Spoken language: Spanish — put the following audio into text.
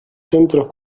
centros